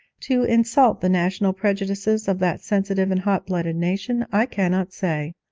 to insult the national prejudices of that sensitive and hot-blooded nation, i cannot say.